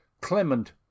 Clement